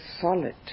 solid